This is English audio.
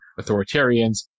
authoritarians